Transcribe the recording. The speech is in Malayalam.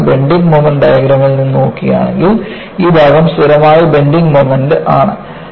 അതിനാൽ ബെൻഡിങ് മോമൻറ് ഡയഗ്രാമിൽ നിന്ന് നോക്കുകയാണെങ്കിൽ ഈ ഭാഗം സ്ഥിരമായി ബെൻഡിങ് മോമൻറ്ൽ ആണ്